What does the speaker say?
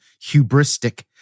hubristic